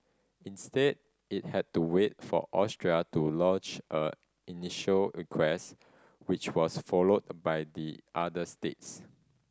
instead it had to wait for Austria to lodge an initial request which was followed by the other states